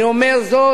אני אומר זאת